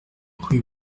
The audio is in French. rue